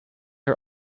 are